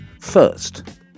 First